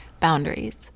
boundaries